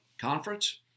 conference